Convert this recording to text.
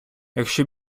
якщо